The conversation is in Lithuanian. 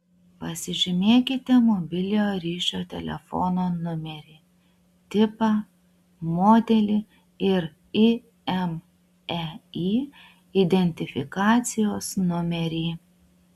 pasižymėkite mobiliojo ryšio telefono numerį tipą modelį ir imei identifikacijos numerį